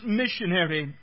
missionary